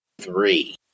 three